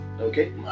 okay